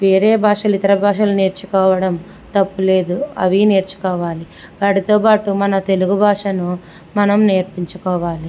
వేరే భాషలు ఇతర భాషలు నేర్చుకోవడం తప్పులేదు అవి నేర్చుకోవాలి వాటితోపాటు మన తెలుగు భాషను మనం నేర్పించుకోవాలి